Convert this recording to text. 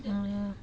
आरो